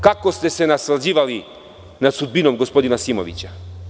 Kako ste se naslađivali nad sudbinom gospodina Simovića.